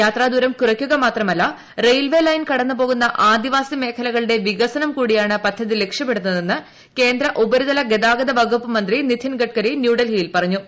യാത്രാദൂരം കുറയ്ക്കുക മാത്രമല്ല railway line കടന്നുപോകുന്ന ആദിവാസി മേഖലകളുടെ വികസനം കൂടിയാണ് പദ്ധതി ലക്ഷ്യമിടുന്ന്കൃതന്ന് കേന്ദ്ര ഉപരിതല ഗതാഗത വകുപ്പ് മന്ത്രി നിഥിൻ ഗഡ്കൃതിന്യൂഡൽഹിയിൽ പറഞ്ഞു